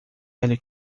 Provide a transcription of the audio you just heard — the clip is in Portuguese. velho